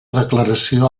declaració